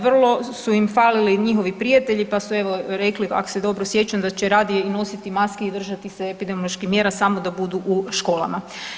Vrlo su im falili njihovi prijatelji pa su evo rekli ak se dobro sjećam da će radije i nositi maske i držati se epidemioloških mjera samo da budu u školama.